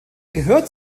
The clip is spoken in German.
gehört